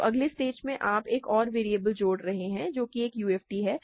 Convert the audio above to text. तो अगले स्टेज में आप एक और वेरिएबल जोड़ रहे हैं जो एक UFD है